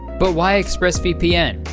but why express vpn?